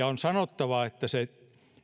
on sanottava että se